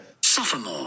Sophomore